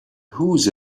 whose